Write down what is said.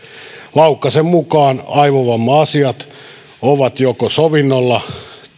laukkasen mukaan aivovamma asiat ovat joko sovinnolla